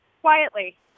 quietly